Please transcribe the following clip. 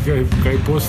jei bus